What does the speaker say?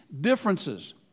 differences